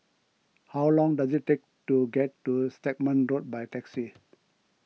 how long does it take to get to Stagmont Road by taxi